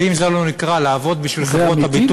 ואם זה לא נקרא לעבוד בשביל חברות הביטוח,